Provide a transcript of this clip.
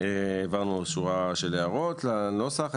העברנו שורה של הערות לנוסח.